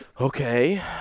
Okay